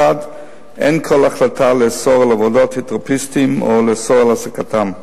אין כל החלטה לאסור עבודת הידרותרפיסטים או לאסור את העסקתם.